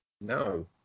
No